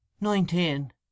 Nineteen